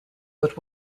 but